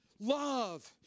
love